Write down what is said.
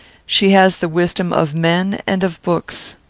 she has the wisdom of men and of books.